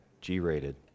G-rated